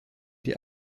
die